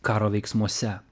karo veiksmuose